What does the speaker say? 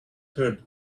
heard